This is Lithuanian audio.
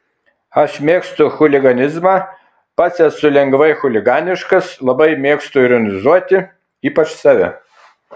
aš mėgstu chuliganizmą pats esu lengvai chuliganiškas labai mėgstu ironizuoti ypač save